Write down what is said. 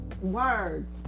Words